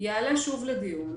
יעלה שוב לדיון,